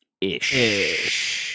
ish